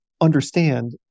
understand